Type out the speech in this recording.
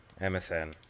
MSN